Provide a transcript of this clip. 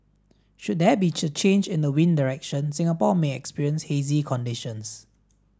should there be change in the wind direction Singapore may experience hazy conditions